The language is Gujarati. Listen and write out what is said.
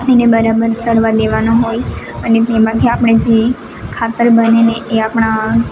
એને બરાબર સડવા દેવાનો હોય અને તેમાંથી આપણે જે ખાતર બનેને એ આપણા